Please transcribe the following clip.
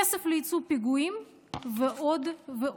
כסף ליצוא פיגועים ועוד ועוד.